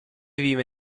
vive